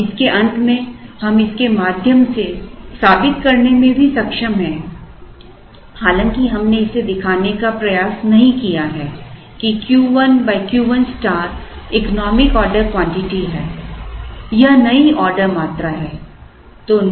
और इसके अंत में हम इसके माध्यम से साबित करने में भी सक्षम हैं हालांकि हमने इसे दिखाने का प्रयास नहीं किया है कि Q 1 Q1 star economic order quantity है यह नई ऑर्डर मात्रा है